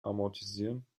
amortisieren